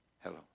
Hello